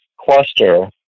cluster